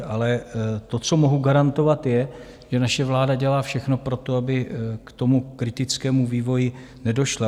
Ale to, co mohu garantovat, je, že naše vláda dělá všechno pro to, aby k tomu kritickému vývoji nedošlo.